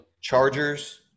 Chargers